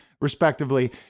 respectively